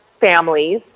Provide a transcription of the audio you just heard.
families